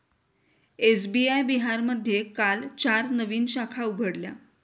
SBI बिहारमध्ये काल चार नवीन शाखा उघडल्या